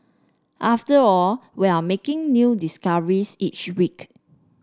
after all we're making new discoveries each week